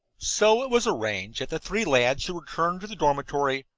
so it was arranged that the three lads should return to the dormitory,